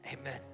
amen